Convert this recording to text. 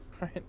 right